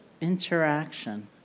interaction